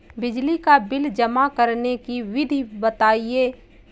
बिजली का बिल जमा करने की विधि बताइए?